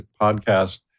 podcast